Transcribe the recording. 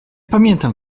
pamiętam